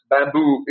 Bamboo